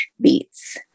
beats